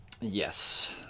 Yes